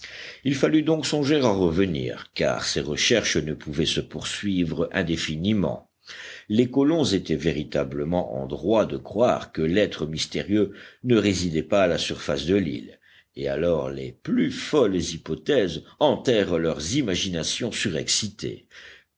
il fallut donc songer à revenir car ces recherches ne pouvaient se poursuivre indéfiniment les colons étaient véritablement en droit de croire que l'être mystérieux ne résidait pas à la surface de l'île et alors les plus folles hypothèses hantèrent leurs imaginations surexcitées